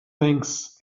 things